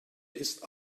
ist